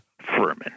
Furman